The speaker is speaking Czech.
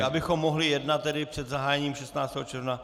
Abychom mohli jednat před zahájením 16. června.